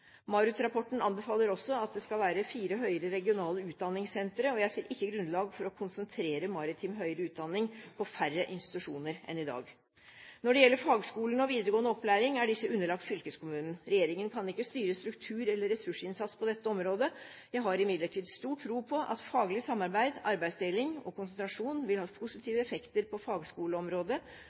anbefaler også at det skal være fire høyere regionale utdanningssentre, og jeg ser ikke grunnlag for å konsentrere maritim høyere utdanning på færre institusjoner enn i dag. Når det gjelder fagskolene og videregående opplæring, er disse underlagt fylkeskommunen. Regjeringen kan ikke styre struktur eller ressursinnsats på dette området. Jeg har imidlertid stor tro på at faglig samarbeid, arbeidsdeling og konsentrasjon vil ha positive effekter på fagskoleområdet,